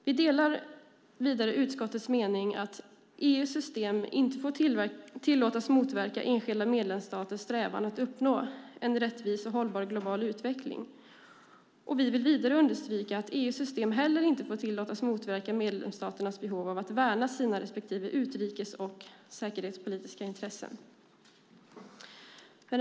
Vi delar vidare utskottets mening att EU:s system inte får tillåtas motverka enskilda medlemsstaters strävan att uppnå en rättvis och hållbar global utveckling. Vi vill vidare understryka att EU:s system heller inte får tillåtas motverka medlemsstaternas behov av att värna sina respektive utrikes och säkerhetspolitiska intressen.